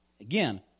Again